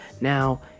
Now